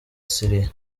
syria